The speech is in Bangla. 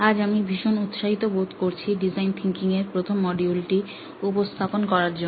আজ আমি ভীষণ উৎসাহিত বোধ করছি ডিজাইন থিঙ্কিং এর প্রথম মডিউলটি উপস্থাপন করার জন্য